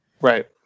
Right